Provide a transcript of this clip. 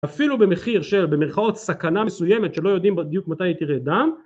אפילו במחיר של במרכאות סכנה מסוימת שלא יודעים בדיוק מתי היא תראה דם